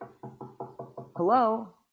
hello